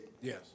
Yes